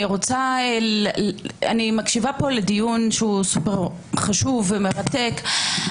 אני מקשיבה פה לדיון סופר חשוב ומרתק.